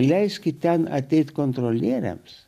leiskit ten ateiti kontrolieriams